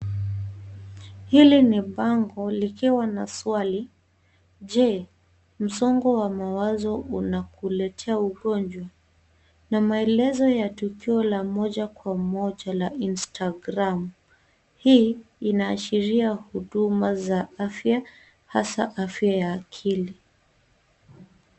Hili ni bango likiwa na swali, je, msongo wa mawazo unakuletea ugonjwa? na maelezo ya tukio la moja kwa moja la Instagram. Hii inaashiria huduma za afya hasa afya ya akili.